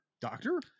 Doctor